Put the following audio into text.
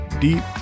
Deep